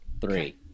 Three